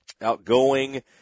outgoing